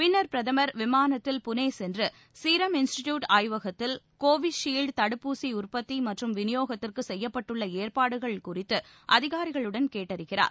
பின்னர் பிரதமர் விமானத்தில் புனே சென்று சீரம் இன்ஸ்டிட்யூட் ஆய்வகத்தில் கோவிஷீல்ட் தடுப்பூசி உற்பத்தி மற்றும் விநியோகத்திற்கு செய்யப்பட்டுள்ள ஏற்பாடுகள் குழித்து அதிகாரிகளுடன் கேட்டறிகிறார்